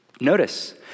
Notice